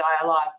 dialogue